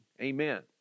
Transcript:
Amen